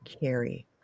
carry